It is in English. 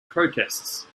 protests